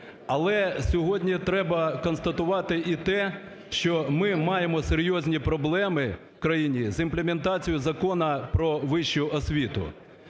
Але сьогодні треба констатувати і те, що ми маємо серйозні проблеми в країні з імплементацією Закону про вищу освіту.